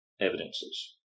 evidences